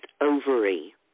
ovary